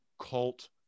cult